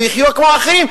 ויחיו כמו אחים,